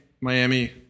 Miami